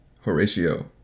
Horatio